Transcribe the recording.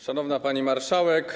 Szanowna Pani Marszałek!